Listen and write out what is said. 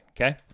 Okay